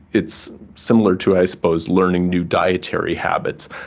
it's similar to i suppose learning new dietary habits,